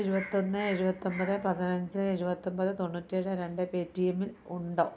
ഇരുപത്തൊന്ന് എഴുപത്തൊമ്പത് പതിനഞ്ച് എഴുപത്തൊമ്പത് തൊണ്ണൂറ്റേഴ് രണ്ട് പേ ടി എമ്മിൽ ഉണ്ടോ